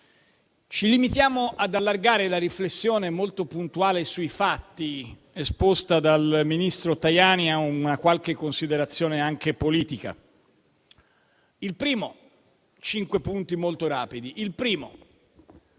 Ci limitiamo ad allargare la riflessione molto puntuale sui fatti esposti dal ministro Tajani a una qualche considerazione anche politica, con cinque punti molto rapidi.